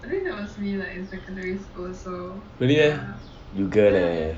really meh you girl leh